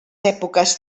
èpoques